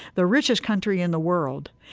the richest country in the world,